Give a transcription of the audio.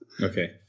Okay